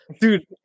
Dude